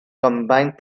combined